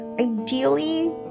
Ideally